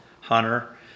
Hunter